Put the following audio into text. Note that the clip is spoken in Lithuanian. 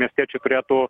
miestiečiai turėtų